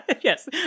yes